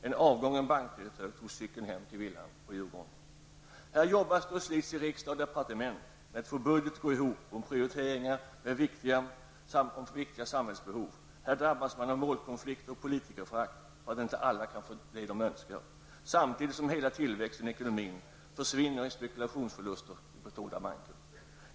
En avgången bankdirektör tog cykeln hem till villan på Här jobbas i riksdag och departement med att få budgeten att gå ihop, med prioriteringar och viktiga samhällsbehov. Här drabbas man av målkonflikter och politikerförakt därför att alla inte kan få vad de önskar. Samtidigt försvinner hela tillväxten i ekonomin i spekulationsförluster i stora banker.